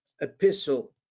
epistle